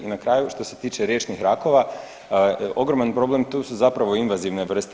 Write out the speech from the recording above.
I na kraju što se tiče riječnih rakova, ogroman problem tu su zapravo invazivne vrste.